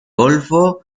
golfo